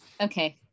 Okay